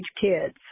kids